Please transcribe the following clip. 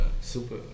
super